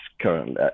currently